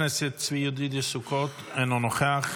חבר הכנסת צבי ידידיה סוכות, אינו נוכח.